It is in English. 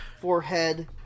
forehead